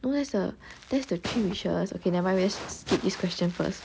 no that's the that's the three wishes okay never mind we just skip this question first